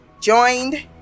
joined